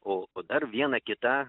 o o dar viena kita